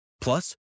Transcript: Plus